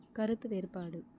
கருத்து வேறுபாடு